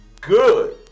good